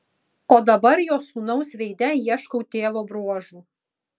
o dabar jo sūnaus veide ieškau tėvo bruožų